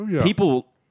people